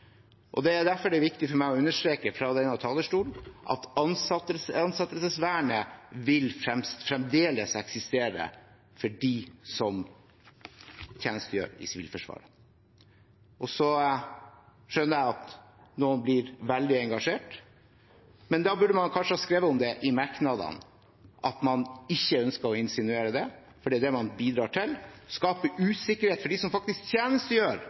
ikke skaper skinndebatter. Derfor er det viktig for meg å understreke fra denne talerstolen at ansettelsesvernet fremdeles vil eksistere for dem som tjenestegjør i Sivilforsvaret. Jeg skjønner at noen blir veldig engasjert, men da burde man kanskje ha skrevet i merknadene at man ikke ønsker å insinuere det – for det er det man bidrar til. Man skaper usikkerhet for dem som faktisk tjenestegjør